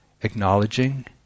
acknowledging